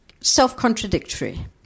self-contradictory